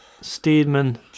Steedman